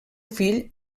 fill